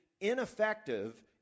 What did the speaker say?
ineffective